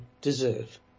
deserve